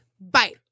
bye